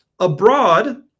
Abroad